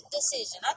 decision